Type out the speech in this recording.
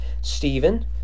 Stephen